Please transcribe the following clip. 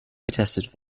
getestet